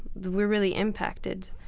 we're really impacted.